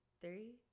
three